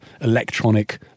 electronic